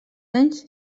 anys